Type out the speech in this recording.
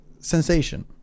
sensation